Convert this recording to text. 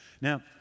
Now